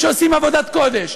שעושים עבודת קודש?